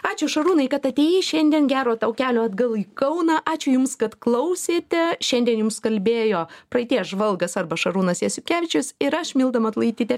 ačiū šarūnai kad atėjai šiandien gero tau kelio atgal į kauną ačiū jums kad klausėte šiandien jums kalbėjo praeities žvalgas arba šarūnas jasiukevičius ir aš milda matulaitytė